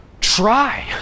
Try